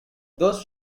those